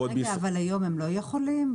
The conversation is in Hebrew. רגע, אבל היום הם לא יכולים?